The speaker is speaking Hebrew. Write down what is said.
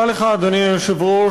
אדוני היושב-ראש,